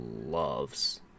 loves